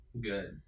good